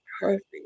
perfect